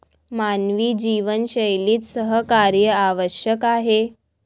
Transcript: मानवी जीवनशैलीत सहकार्य आवश्यक आहे